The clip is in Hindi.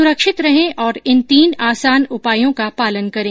सुरक्षित रहें और इन तीन आसान उपायों का पालन करें